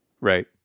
right